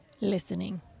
listening